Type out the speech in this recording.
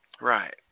Right